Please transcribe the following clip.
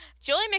Julie